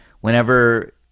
whenever